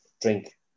drink